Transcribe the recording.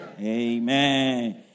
Amen